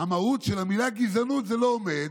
המהות של המילה "גזענות" זה לא עומד,